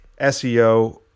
SEO